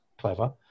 clever